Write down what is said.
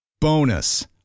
Bonus